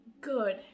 good